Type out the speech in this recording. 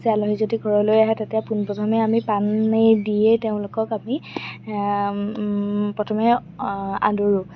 যে আলহী যদি ঘৰলৈ আহে তাতে পোন প্ৰথমে আমি পাণেই দিয়েই তেওঁলোকক আমি প্ৰথমে আদৰোঁ